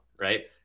Right